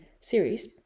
series